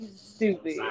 stupid